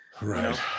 Right